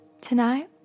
Tonight